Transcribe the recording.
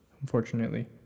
Unfortunately